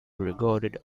regarded